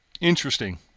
Interesting